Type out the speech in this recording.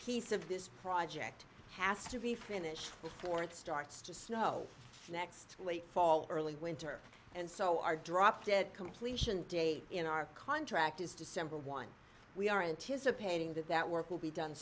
piece of this project has to be finished before it starts to snow next fall early winter and so our drop dead completion date in our contract is december one we are anticipating that that work will be done